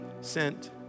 sent